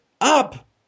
up